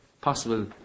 possible